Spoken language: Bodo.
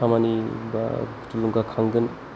खामानि बा थुलुंगा खांगोन